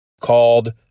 called